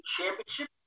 Championship